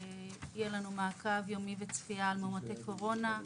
יהיה לנו מעקב יומי וצפייה על מאומתי קורונה.